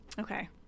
Okay